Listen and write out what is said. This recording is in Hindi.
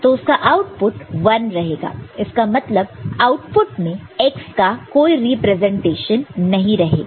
तो उसका आउटपुट 1 रहेगा इसका मतलब आउटपुट में x का कोई रिप्रेजेंटेशन नहीं रहेगा